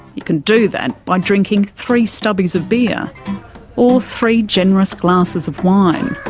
you can do that by drinking three stubbies of beer or three generous glasses of wine.